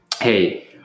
hey